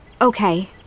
Okay